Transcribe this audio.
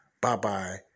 Bye-bye